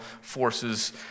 forces